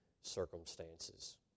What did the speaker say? circumstances